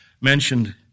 mentioned